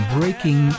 Breaking